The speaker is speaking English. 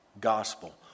gospel